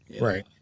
Right